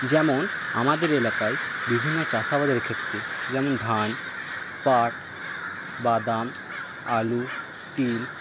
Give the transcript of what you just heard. যেমন আমাদের এলাকায় বিভিন্ন চাষাবাদের ক্ষেত্রে যেমন ধান পাট বাদাম আলু তিল